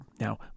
now